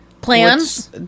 Plans